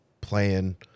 playing